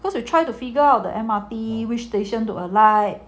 cause you try to figure out the M_R_T which station to alight